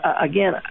again